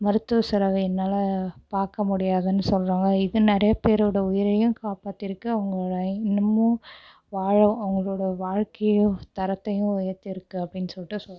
மருத்துவ செலவு என்னால் பார்க்க முடியாதுன்னு சொல்லுறவங்க இது நிறைய பேரோட உயிரையும் காப்பாற்றிருக்கு அவங்களோட இன்னமும் வா அவங்களோட வாழ்க்கையும் தரத்தையும் உயர்த்திருக்கு அப்படினு சொல்லிட்டு சொல்